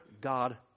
God